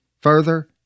Further